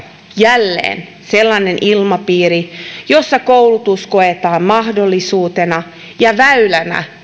jälleen sellainen ilmapiiri jossa koulutus koetaan mahdollisuutena ja väylänä